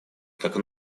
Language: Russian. как